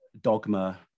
dogma